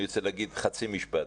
אני רוצה להגיד חצי משפט.